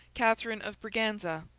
catherine of braganza,